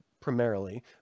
primarily